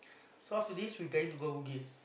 so after this we planning to go bugis